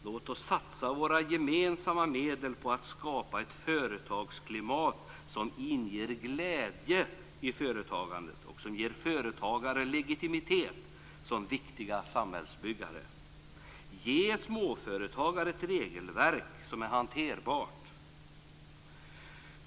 Låt oss satsa våra gemensamma medel på att skapa ett företagsklimat som inger glädje i företagandet och som ger företagare legitimitet som viktiga samhällsbyggare. Ge småföretagare ett regelverk som är hanterbart.